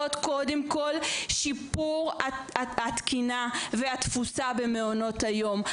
קודם כל שיפור של התקינה והתפוצה במעונות היום.